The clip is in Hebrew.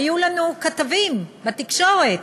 היו לנו כתבים בתקשורת,